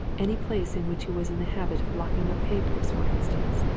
any place in which he was in the habit of locking up papers, for instance?